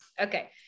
Okay